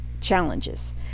challenges